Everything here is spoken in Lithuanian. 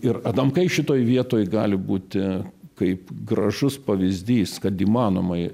ir adamkai šitoj vietoj gali būti kaip gražus pavyzdys kad įmanoma